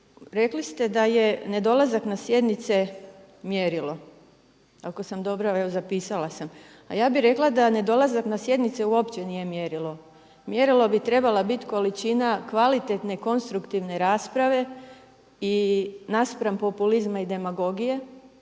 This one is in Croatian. rekli ste da je nedolazak na sjednice mjerilo, ako sam dobro, evo zapisala sam. A ja bih rekla da nedolazak na sjednice uopće nije mjerilo. Mjerilo bi trebala biti količina kvalitetne konstruktivne rasprave i naspram populizma i demagogije.